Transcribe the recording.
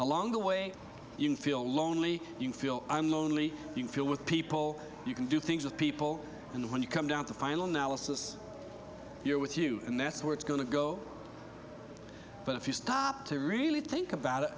along the way you feel lonely you feel i'm lonely you feel with people you can do things with people and when you come down to final analysis you're with you and that's where it's going to go but if you stop to really think about